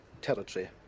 territory